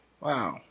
Wow